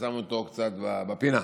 שמו אותו קצת בפינה,